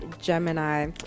Gemini